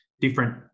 different